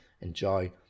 enjoy